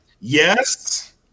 yes